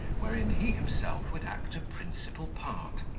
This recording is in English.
wherein he himself would act a principal part.